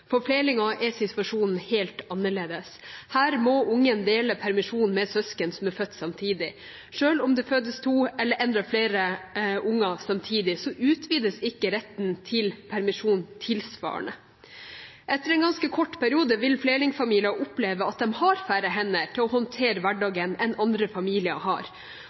For flerlinger er situasjonen annerledes. Her må barnet dele permisjonen med ett eller flere søsken som er født samtidig. Selv om det fødes to eller enda flere barn samtidig, utvides ikke retten til permisjon tilsvarende. Etter en ganske kort periode vil flerlingfamilier oppleve at de har færre hender til å håndtere hverdagen enn andre familier har.